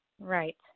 Right